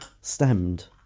stemmed